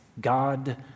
God